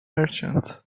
merchant